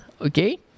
Okay